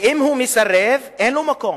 ואם הוא מסרב, אין לו מקום.